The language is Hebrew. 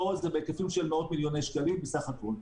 ופה זה בהיקפים של מאות מיליוני שקלים בסך הכול.